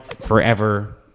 forever